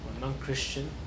non-Christian